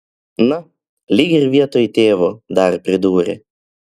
na lyg ir vietoj tėvo dar pridūrė